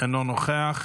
אינו נוכח,